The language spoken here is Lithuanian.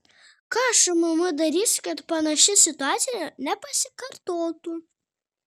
ką šmm darys kad panaši situacija nepasikartotų